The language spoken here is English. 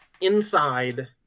inside